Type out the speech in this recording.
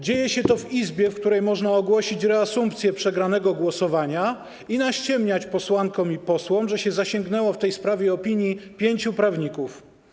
Dzieje się to w Izbie, w której można ogłosić reasumpcję przegranego głosowania i naściemniać posłankom i posłom, że się zasięgnęło w tej sprawie opinii pięciu prawników.